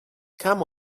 come